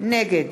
נגד